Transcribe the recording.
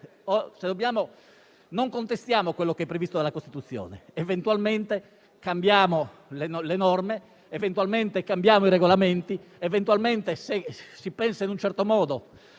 non contestiamo quello che è previsto dalla Costituzione; eventualmente cambiamo le norme e i regolamenti. Eventualmente, se si pensa in un certo modo